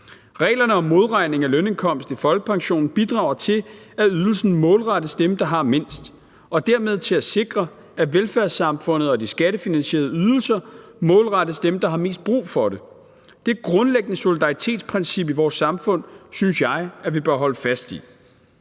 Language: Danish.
Reglerne om modregning af lønindkomst i folkepensionen bidrager til, at ydelsen målrettes dem, der har mindst, og dermed til at sikre, at velfærdssamfundet og de skattefinansierede ydelser målrettes dem, der har mest brug for det. Dette grundlæggende solidaritetsprincip i vores samfund synes jeg vi bør holde fast i.